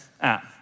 app